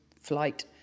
flight